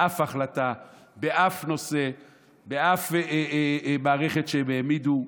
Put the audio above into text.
שום החלטה בשום נושא בשום מערכת שהם העמידו,